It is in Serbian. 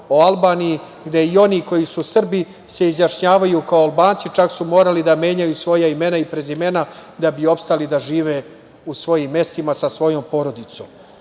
o Albaniji, gde i oni koji su Srbi se izjašnjavaju kao Albanci, čak su morali da menjaju svoja imena i prezimena da bi ostali da žive u svojim mestima sa svojom porodicom.No,